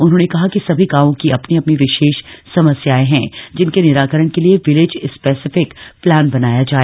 उन्होंने कहा कि सभी गांवों की अपनी अपनी विशेष समस्याएं हैं जिनके निराकरण के लिए विलेज स्पेसिफिक प्लान बनाया जाए